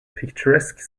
picturesque